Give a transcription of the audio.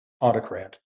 autocrat